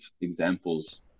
examples